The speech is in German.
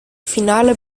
finale